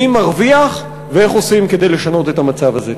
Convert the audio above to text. מי מרוויח ומה עושים כי לשנות את המצב הזה.